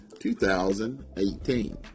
2018